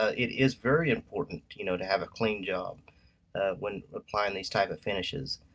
it is very important you know to have a clean job when applying these type of finishes,